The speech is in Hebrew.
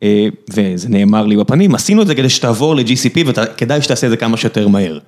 וזה נאמר לי בפנים, עשינו את זה כדי שתעבור ל-GCP וכדאי שתעשה את זה כמה שיותר מהר.